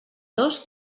dos